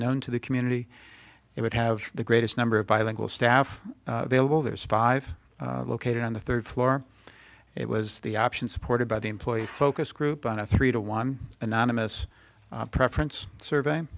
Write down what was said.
known to the community it would have the greatest number of bilingual staff able there's five located on the third floor it was the option supported by the employee focus group on a three to one anonymous preference survey